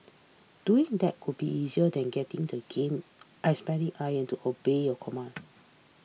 doing that would be easier than getting the game lion to obey your command